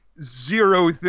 zero